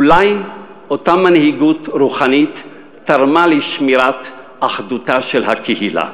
אולי אותה מנהיגות רוחנית תרמה לשמירת אחדותה של הקהילה